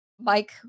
Mike